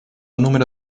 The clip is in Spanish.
número